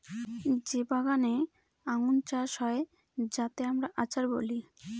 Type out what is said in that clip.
যে বাগানে আঙ্গুর চাষ হয় যাতে আমরা আচার বলি